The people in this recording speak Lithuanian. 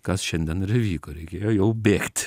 kas šiandien ir įvyko reikėjo jau bėgt